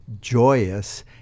joyous